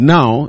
Now